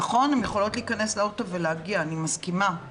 נכון, הן יכולות להכנס לאוטו ולהגיע, אני מסכימה.